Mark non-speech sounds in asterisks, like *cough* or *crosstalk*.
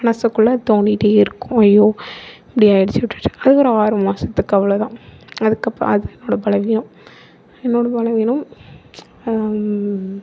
மனதுக்குள்ள தோணிகிட்டேருக்கும் ஐயோ இப்படி ஆகிடுச்சு *unintelligible* அது ஒரு ஆறு மாதத்துக்கு அவ்வளோதான் அதுக்கப்புறம் அதுதான் என்னோடய பலவீனம் என்னோடய பலவீனம்